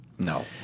No